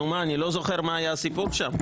נו, מה, אני לא זוכר מה היה הסיפור שם?